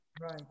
right